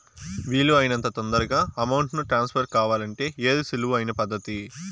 వీలు అయినంత తొందరగా అమౌంట్ ను ట్రాన్స్ఫర్ కావాలంటే ఏది సులువు అయిన పద్దతి